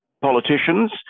politicians